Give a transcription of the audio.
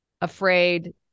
afraid